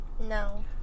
No